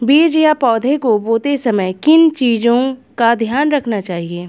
बीज या पौधे को बोते समय किन चीज़ों का ध्यान रखना चाहिए?